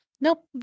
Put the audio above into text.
Nope